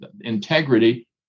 integrity